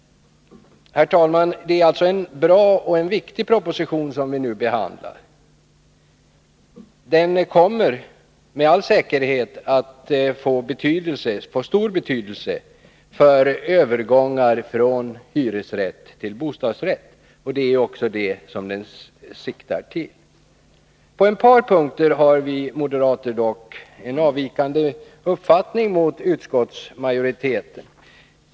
Herr talman! Det är alltså en stor och viktig proposition som vi nu behandlar. Den kommer med all säkerhet att få stor betydelse när det gäller övergång från hyresrätt till bostadsrätt. Det är också det som den siktar till. På ett par punkter har vi moderater dock en uppfattning som avviker från utskottsmajoritetens.